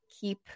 keep